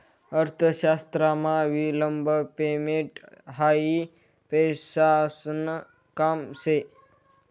अर्थशास्त्रमा विलंब पेमेंट हायी पैसासन काम शे